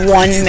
one